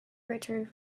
returned